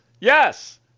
Yes